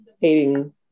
hating